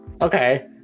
okay